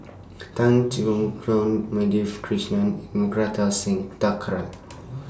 Tan Choon Keong Madhavi Krishnan and Kartar Singh Thakral